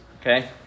Okay